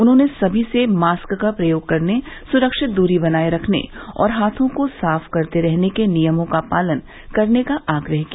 उन्होंने सभी से मास्क का प्रयोग करने सुरक्षित दूरी बनाये रखने और हाथों को साफ करते रहने को नियमों का पालन करने का आग्रह किया